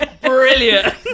Brilliant